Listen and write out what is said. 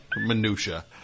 minutia